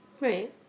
Right